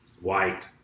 white